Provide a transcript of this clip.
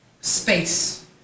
space